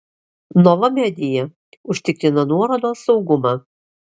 nova media užtikrina nuorodos saugumą